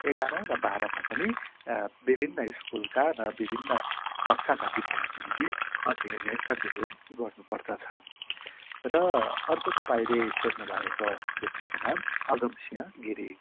एघार र बाह्रमा पनि विभिन्न स्कुलका विभिन्न कक्षाका विद्यार्थीहरूले अध्ययन गर्नु पर्दछ र अर्को तपाईँले सोध्नु भएको व्यक्तिको नाम अगमसिंह गिरी